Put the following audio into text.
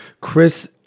Chris